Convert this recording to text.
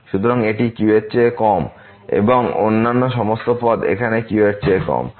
সুতরাং এটি q এর চেয়ে কম এবং অন্যান্য সমস্ত পদ এখানে q এর চেয়ে কম